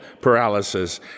paralysis